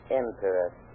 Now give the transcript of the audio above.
interest